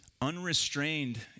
unrestrained